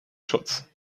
schutz